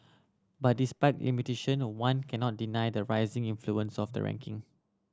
but despite limitation the one cannot deny the rising influence of the ranking